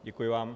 Děkuji vám.